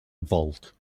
vault